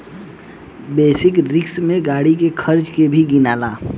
basic risk में गाड़ी के खर्चा के भी गिनाला